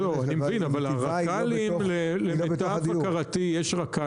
אבל הרכבת מטיבה היא לא בתוך הדיון.